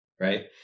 Right